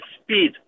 speed